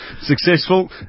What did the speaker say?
Successful